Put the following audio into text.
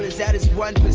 that is one